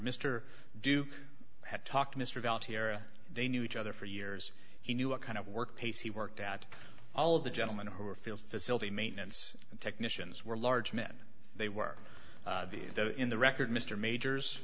mr they knew each other for years he knew what kind of work pace he worked at all of the gentlemen who were field facility maintenance technicians were large men they worked in the record mr majors